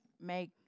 make